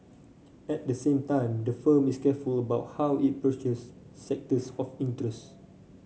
at the same time the firm is careful about how it approaches sectors of interest